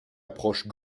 approche